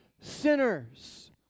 sinners